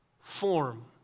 form